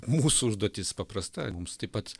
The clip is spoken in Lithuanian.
mūsų užduotis paprasta mums taip pat